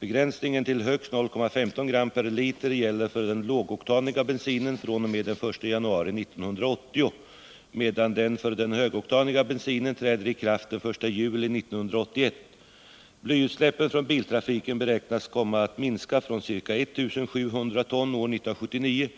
Begränsningen till högst 0,15 g per liter gäller för den lågoktaniga bensinen fr.o.m. den 1 januari 1980, medan den för den högoktaniga bensinen träder i kraft den 1 juli 1981. Blyutsläppen från biltrafiken beräknas komma att minska från ca 1700 ton år 1979